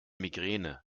migräne